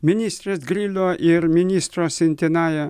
ministrės grilio ir ministro centinaio